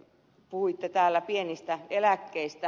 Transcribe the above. puhuitte täällä pienistä eläkkeistä